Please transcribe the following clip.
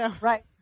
Right